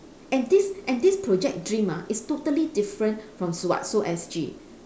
and this and this project dream ah is totally different from so what so S_G